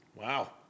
Wow